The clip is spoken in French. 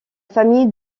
famille